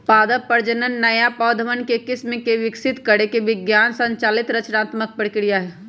पादप प्रजनन नया पौधवन के किस्म के विकसित करे के विज्ञान संचालित रचनात्मक प्रक्रिया हई